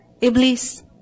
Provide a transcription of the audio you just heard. Iblis